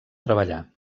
treballar